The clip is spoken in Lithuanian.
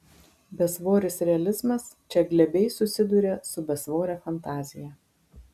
besvoris realizmas čia glebiai susiduria su besvore fantazija